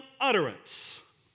utterance